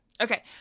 okay